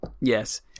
yes